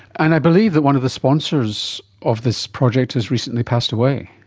and i believe that one of the sponsors of this project has recently passed away.